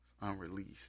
Unreleased